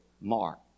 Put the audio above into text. Mark